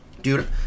dude